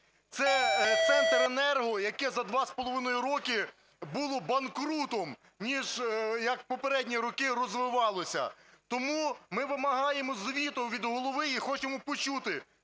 Це Центренерго, яке за 2,5 роки було банкрутом ніж, як в попередні роки, розвивалося. Тому ми вимагаємо звіту від голови. І хочемо почути,